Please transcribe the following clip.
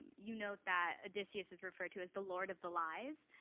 you not that odysseus is referred to as the lord of the lies.